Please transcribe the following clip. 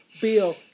Bill